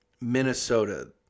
minnesota